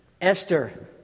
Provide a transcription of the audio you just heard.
Esther